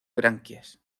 branquias